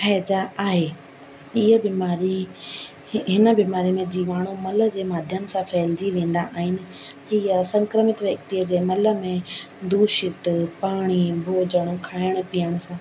हैजा आहे हीअ बीमारी हिन बीमारी में जिवाणू मल जे माध्यम सां फहिलिजी वेंदा आहिनि हीअ असंक्रमित व्यक्तिअ जे मल में दूषित पाणी भोजन खाइणु पीअण सां